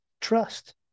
trust